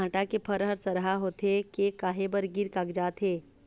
भांटा के फर हर सरहा होथे के काहे बर गिर कागजात हे?